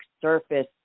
surface